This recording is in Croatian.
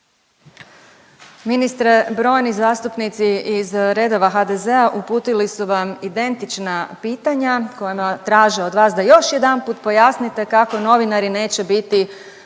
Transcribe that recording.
Ministre brojni zastupnici iz redova HDZ-a uputili su vam identična pitanja kojima traže od vas da još jedanput pojasnite kako novinari neće biti